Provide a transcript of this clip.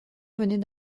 venait